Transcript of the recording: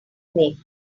make